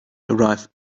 arrived